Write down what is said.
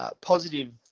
positive